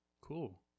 Cool